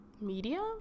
Media